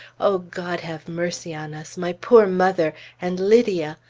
o god, have mercy on us! my poor mother! and lydia!